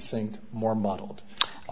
assumed more mottled